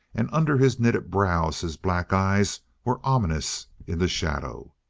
and under his knitted brows his black eyes were ominous in the shadow.